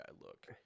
look